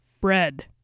bread